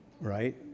right